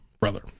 brother